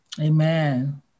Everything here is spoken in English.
Amen